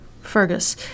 Fergus